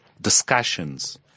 discussions